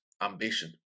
ambition